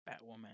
Batwoman